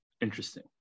Interesting